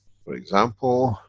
for example,